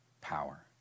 power